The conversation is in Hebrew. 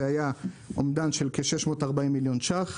האומדן היה של כ-640 מיליון שקלים,